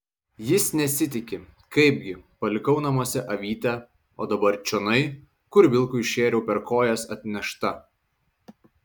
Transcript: jis nesitiki kaipgi palikau namuose avytę o dabar čionai kur vilkui šėriau per kojas atnešta